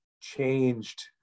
changed